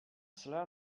cela